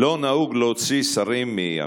לא נהוג להוציא שרים מהמליאה,